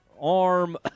arm